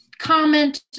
Comment